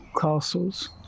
castles